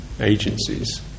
agencies